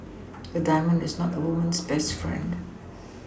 a diamond is not a woman's best friend